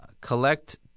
collect